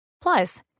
Plus